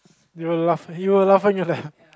you were laugh he were laughing at there